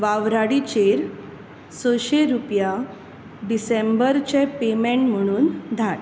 वावराडीचेर सयंशी रुपया डिसेंबरचे पेमेंट म्हुणून धाड